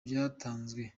byatanzwe